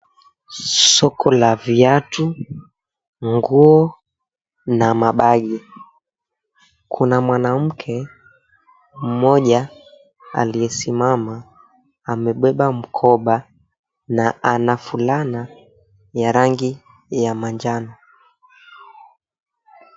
Soko la viatu, nguo na mabagi. Kuna mwanamke aliyesimama amebeba mkoba, na ana fulana ya rangi ya manjano.